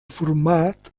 format